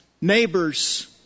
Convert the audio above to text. neighbors